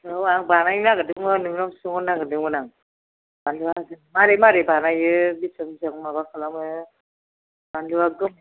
औ आं बानायनो नागेरदोंमोन नोंनावसो सोंहरनो नागेरदोंमोन आं बानलुआ मारै मारै बानायो बिसिबां बिसिबां माबा खालामो बानलुआ